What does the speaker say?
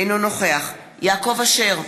אינו נוכח יעקב אשר,